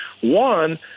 one